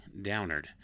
Downard